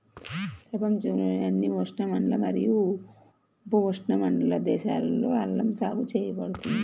ప్రపంచంలోని అన్ని ఉష్ణమండల మరియు ఉపఉష్ణమండల దేశాలలో అల్లం సాగు చేయబడుతుంది